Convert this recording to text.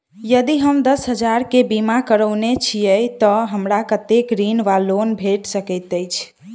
यदि हम दस हजार केँ बीमा करौने छीयै तऽ हमरा कत्तेक ऋण वा लोन भेट सकैत अछि?